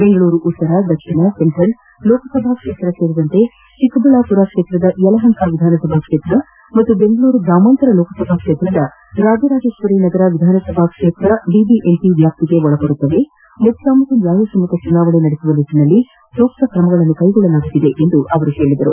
ಬೆಂಗಳೂರು ಉತ್ತರ ದಕ್ಷಿಣ ಸೆಂಟ್ರಲ್ ಲೋಕಸಭಾ ಕ್ಷೇತ್ರ ಸೇರಿದಂತೆ ಚಿಕ್ಕಬಳ್ಳಾಪುರ ಕ್ಷೇತ್ರದ ಯಲಹಂಕ ವಿಧಾನಸಭಾ ಕ್ಷೇತ್ರ ಹಾಗೂ ಬೆಂಗಳೂರು ಗ್ರಾಮಾಂತರ ಲೋಕಸಭಾ ಕ್ಷೇತ್ರದ ರಾಜರಾಜೇಶ್ವರಿ ನಗರಿ ವಿಧಾನಸಭಾ ಕ್ಷೇತ್ರ ಬಿಬಿಎಂಪಿ ವ್ಯಾಪ್ತಿಗೆ ಬರಲಿದ್ದು ಮುಕ್ತ ಹಾಗೂ ನ್ಯಾಯ ಸಮ್ಮತ ಚುನಾವಣೆ ನಿಟ್ಟಿನಲ್ಲಿ ಸೂಕ್ತ ಕ್ರಮ ಕೈಗೊಳ್ಳಲಾಗುತ್ತಿದೆ ಎಂದು ತಿಳಿಸಿದರು